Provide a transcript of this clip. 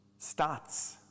stats